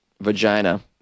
vagina